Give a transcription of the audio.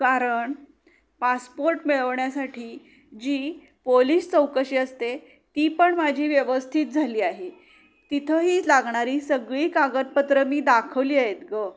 कारण पासपोर्ट मिळवण्यासाठी जी पोलीस चौकशी असते ती पण माझी व्यवस्थित झाली आहे तिथंही लागणारी सगळी कागदपत्रं मी दाखवली आहेत गं